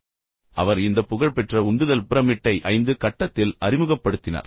பின்னர் அவர் இந்த புகழ்பெற்ற உந்துதல் பிரமிட்டை 5 கட்டத்தில் அறிமுகப்படுத்தினார்